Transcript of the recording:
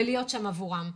ולהיות שם עבורם.